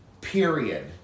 period